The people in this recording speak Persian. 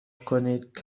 کنید